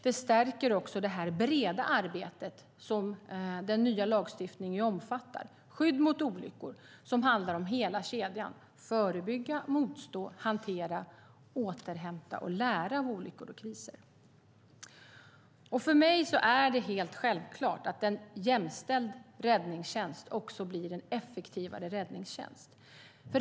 Det stärker också det breda arbetet som den nya lagstiftningen omfattar: skydd mot olyckor som handlar om hela kedjan, det vill säga att förebygga, motstå, hantera, återhämta och lära av olyckor och kriser. För mig är det helt självklart att en jämställd räddningstjänst också blir en effektivare räddningstjänst.